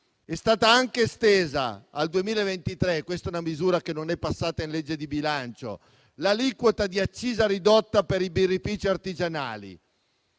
È stata estesa al 2023 - questa è una misura che non è passata in legge di bilancio - anche l'aliquota di accisa ridotta per i birrifici artigianali.